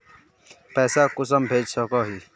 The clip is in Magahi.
पैसा कुंसम भेज सकोही?